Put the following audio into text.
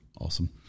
Awesome